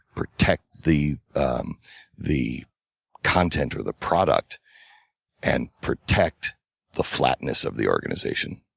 protect the um the content or the product and protect the flatness of the organization.